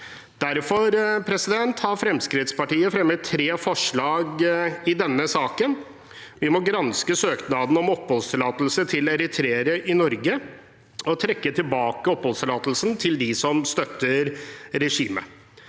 Derfor har Fremskrittspartiet fremmet tre forslag i denne saken. Vi må granske søknaden om oppholdstillatelse til eritreere i Norge og trekke tilbake oppholdstillatelsen til dem som støtter regimet.